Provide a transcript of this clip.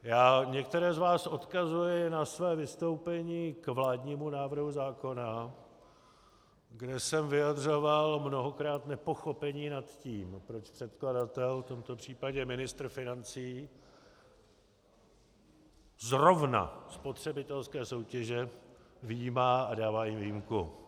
Já některé z vás odkazuji na své vystoupení k vládnímu návrhu zákona, kde jsem vyjadřoval mnohokrát nepochopení nad tím, proč předkladatel, v tomto případě ministr financí, zrovna spotřebitelské soutěže vyjímá a dává jim výjimku.